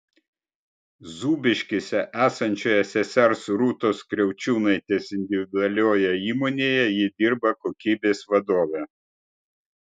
zūbiškėse esančioje sesers rūtos kriaučiūnaitės individualioje įmonėje ji dirba kokybės vadove